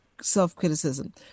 self-criticism